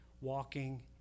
walking